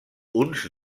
uns